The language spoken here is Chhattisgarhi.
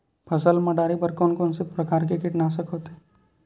फसल मा डारेबर कोन कौन प्रकार के कीटनाशक होथे?